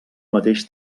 mateix